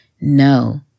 No